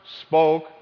spoke